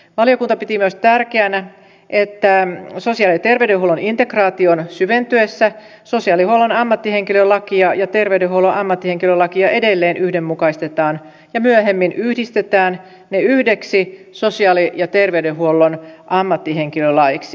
valiokunta piti myös tärkeänä että sosiaali ja terveydenhuollon integraation syventyessä sosiaalihuollon ammattihenkilölakia ja terveydenhuollon ammattihenkilölakia edelleen yhdenmukaistetaan ja että ne myöhemmin yhdistetään yhdeksi sosiaali ja terveydenhuollon ammattihenkilölaiksi